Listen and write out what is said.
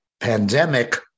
pandemic